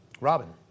Robin